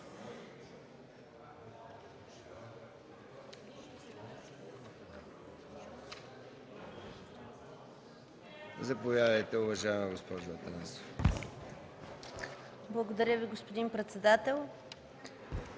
Благодаря Ви, господин председател.